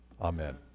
amen